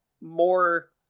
more